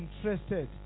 interested